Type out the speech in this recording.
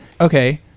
Okay